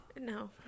No